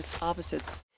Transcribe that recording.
opposites